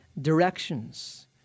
directions